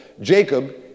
Jacob